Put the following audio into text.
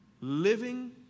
Living